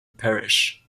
parish